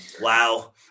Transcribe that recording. wow